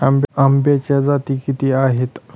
आंब्याच्या जाती किती आहेत?